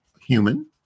human